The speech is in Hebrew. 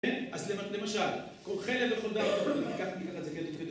אז למשל, כל חלק בכל דרך, ניקח ניקח את זה כדי להתחיל